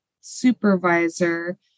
supervisor